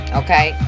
okay